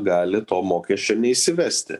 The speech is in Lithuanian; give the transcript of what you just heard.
gali to mokesčio neįsivesti